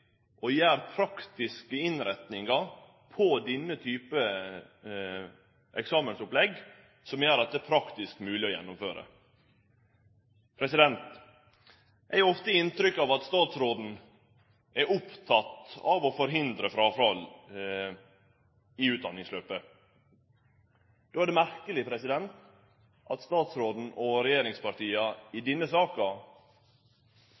praktiske innretningar på denne typen eksamensopplegg som gjer at det er praktisk mogleg å gjennomføre. Eg har ofte inntrykk av at statsråden er oppteken av å forhindre fråfall i utdanningsløpet. Då er det merkeleg at statsråden og regjeringspartia i